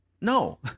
No